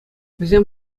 вӗсем